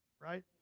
right